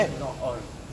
not all